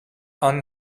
aan